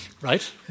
Right